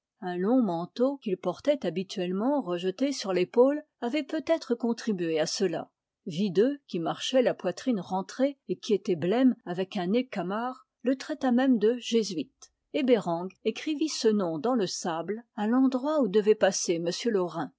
un long manteau qu'il portait habituellement rejeté sur l'épaule avait peut-être contribué à cela videux qui marchait la poitrine rentrée et qui était blême avec un nez camard le traita même de jésuite et bereng écrivit ce nom dans le sable à l'endroit où devait passer m laurin